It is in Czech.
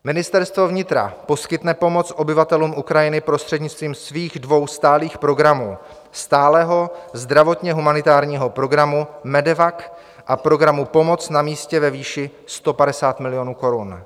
Ministerstvo vnitra poskytne pomoc obyvatelům Ukrajiny prostřednictvím svých dvou stálých programů stálého zdravotně humanitárního programu MEDEVAC a programu Pomoc na místě ve výši 150 milionů korun.